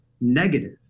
negative